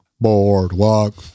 Boardwalk